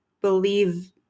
believe